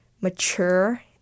mature